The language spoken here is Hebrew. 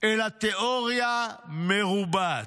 אלא תיאוריה מרובעת.